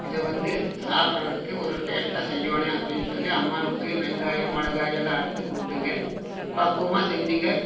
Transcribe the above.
இது வந்து சாப்புடுறதுக்கு ஒரு டேஸ்ட்டாக செய்யணும் அப்படின்னு சொல்லி அம்மாவுக்கு வெங்காயம் மிளகாய் எல்லாம் அறுத்து கொடுத்துங்க பக்குவமாக செஞ்சுங்க